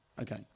Okay